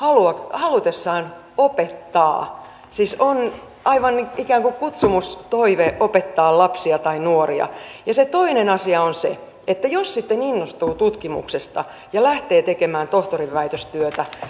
halutessaan opettaa siis on ikään kuin kutsumus toive opettaa lapsia tai nuoria ja se toinen asia on se että jos sitten innostuu tutkimuksesta ja lähtee tekemään tohtorinväitöstyötä